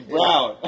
Brown